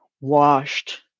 washed